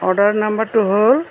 order নম্বৰটো হ'ল